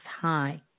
high